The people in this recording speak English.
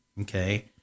Okay